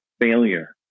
failure